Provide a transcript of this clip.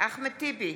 אחמד טיבי,